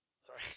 Sorry